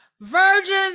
virgins